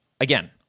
again